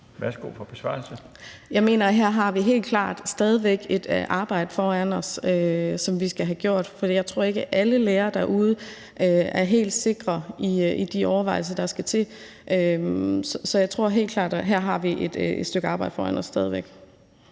Sara Emil Baaring (S): Jeg mener, at vi her helt klart stadig væk har et arbejde foran os, som vi skal have gjort, for jeg tror ikke, at alle lærere derude er helt sikre i de overvejelser, der skal til. Så der tror jeg helt klart vi har et stykke arbejde foran os stadig væk.